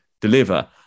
deliver